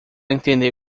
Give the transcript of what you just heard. entender